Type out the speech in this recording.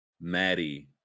Maddie